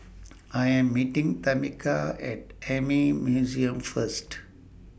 I Am meeting Tamica At Army Museum First